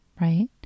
right